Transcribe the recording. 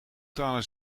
talen